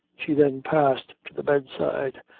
she then passed to the bed-side,